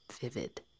vivid